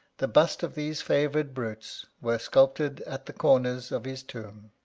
the busts of these favoured brutes were sculptured at the corners of his tomb.